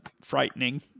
frightening